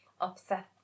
upset